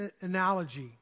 analogy